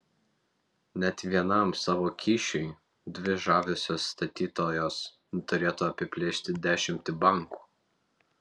net vienam savo kyšiui dvi žaviosios statytojos turėtų apiplėšti dešimtį bankų